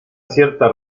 cierta